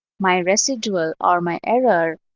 my residual or my error